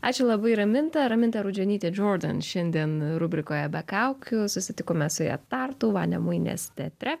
ačiū labai raminta raminta rudžionytė džiordan šiandien rubrikoje be kaukių susitikome su ja tartu vanemuinės teatre